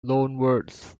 loanwords